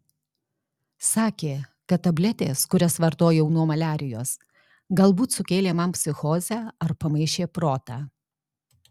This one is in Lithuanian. sakė kad tabletės kurias vartojau nuo maliarijos galbūt sukėlė man psichozę ar pamaišė protą